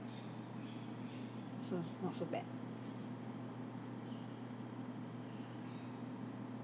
so it's not so bad